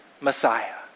Messiah